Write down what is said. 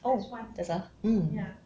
oh there's a mm